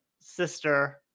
sister